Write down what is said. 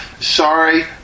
Sorry